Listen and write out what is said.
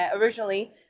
originally